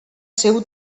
seu